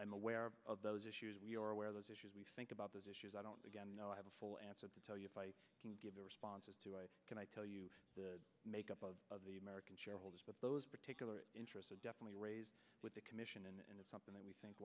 i'm aware of those issues and we are aware of those issues we think about those issues i don't again know i have a full answer to tell you if i can give the responses to i can i tell you the makeup of the american shareholders but those particular interests are definitely raised with the commission and it's something that we think